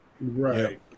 right